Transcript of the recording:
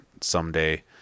someday